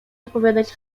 odpowiadać